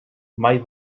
mai